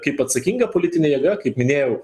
kaip atsakinga politinė jėga kaip minėjau